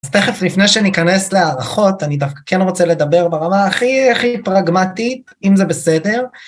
אז תכף, לפני שניכנס להערכות, אני דווקא כן רוצה לדבר ברמה הכי הכי פרגמטית, אם זה בסדר.